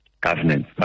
governance